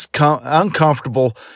uncomfortable